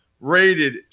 rated